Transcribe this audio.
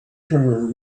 trevor